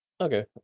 Okay